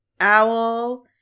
owl